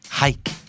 hike